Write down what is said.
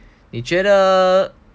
你觉得